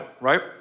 right